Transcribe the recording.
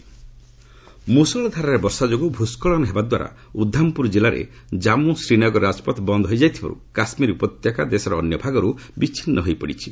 ଜାମ୍ମୁ ରେନ୍ ମୂଷଳଧାରାରେ ବର୍ଷା ଯୋଗୁଁ ଭୂସ୍କଳନ ହେବା ଦ୍ୱାରା ଉଦ୍ଧାମପୁର ଜିଲ୍ଲାରେ ଜାନ୍ମୁ ଶ୍ରୀନଗର ରାଜପଥ ବନ୍ଦ ହୋଇଯାଇଥିବାରୁ କାଶ୍ମୀର ଉପତ୍ୟକା ଦେଶର ଅନ୍ୟ ଭାଗରୁ ବିଚ୍ଛିନ୍ନ ହୋଇପଡ଼ିଛି